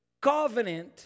covenant